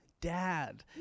dad